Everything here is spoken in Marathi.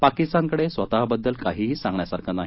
पाकिस्तानकडे स्वतःबद्दल काहीही सांगण्यासारखे नाही